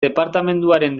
departamenduaren